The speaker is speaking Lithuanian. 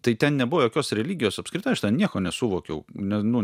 tai ten nebuvo jokios religijos apskritai aš nieko nesuvokiau ne nu